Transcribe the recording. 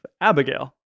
Abigail